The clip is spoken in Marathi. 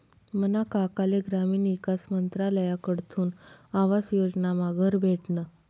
मना काकाले ग्रामीण ईकास मंत्रालयकडथून आवास योजनामा घर भेटनं